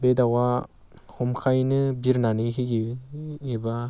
बे दाउआ हमखायैनो बिरनानै होयो एबा